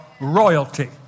royalty